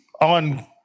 on